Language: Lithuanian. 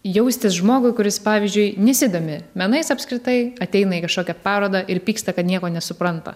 jaustis žmogui kuris pavyzdžiui nesidomi menais apskritai ateina į kažkokią parodą ir pyksta kad nieko nesupranta